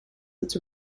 its